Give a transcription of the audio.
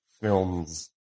films